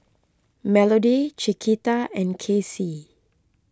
Melodie Chiquita and Kacie